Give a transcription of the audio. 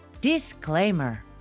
disclaimer